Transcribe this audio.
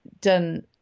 done